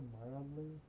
mildly